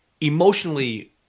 emotionally